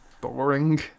Boring